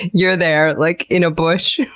you're there, like in a bush,